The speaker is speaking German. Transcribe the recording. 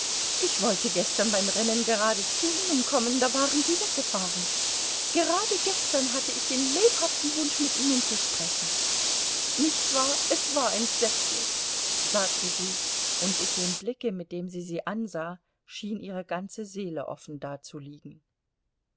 ich wollte gestern beim rennen gerade zu ihnen kommen da waren sie weggefahren gerade gestern hatte ich den lebhaften wunsch mit ihnen zu sprechen nicht wahr es war entsetzlich sagte sie und in dem blicke mit dem sie sie ansah schien ihre ganze seele offen dazuliegen